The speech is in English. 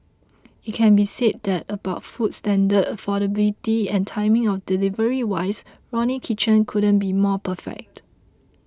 it can be said that about food standard affordability and timing of delivery wise Ronnie Kitchen couldn't be more perfect